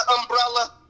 umbrella